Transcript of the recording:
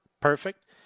perfect